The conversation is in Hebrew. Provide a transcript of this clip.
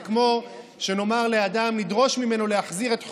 זה כמו שנאמר לאדם שנדרוש ממנו להחזיר את חובו,